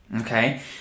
okay